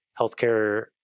healthcare